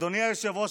אדוני היושב-ראש,